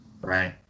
Right